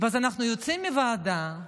ואז אנחנו יוצאים מהוועדה,